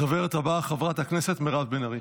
הדוברת הבאה, חברת הכנסת מירב בן ארי.